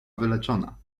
wyleczona